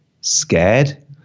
scared